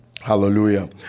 hallelujah